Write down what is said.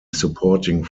supporting